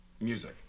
music